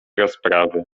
rozprawy